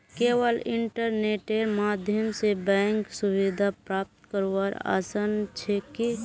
केवल इन्टरनेटेर माध्यम स बैंक सुविधा प्राप्त करवार आसान छेक की